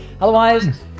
Otherwise